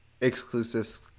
exclusives